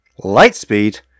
Lightspeed